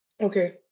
Okay